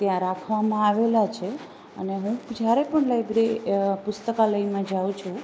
ત્યાં રાખવામાં આવેલા છે અને હું જયારે પણ લાઈબ્રે પુસ્તકાલયમાં જાઉ છું